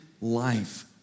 life